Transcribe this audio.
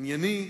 ענייני.